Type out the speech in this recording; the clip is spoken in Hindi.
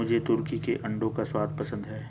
मुझे तुर्की के अंडों का स्वाद पसंद है